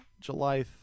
July